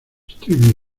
estoy